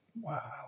wow